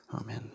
Amen